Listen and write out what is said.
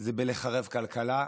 זה לחרב כלכלה,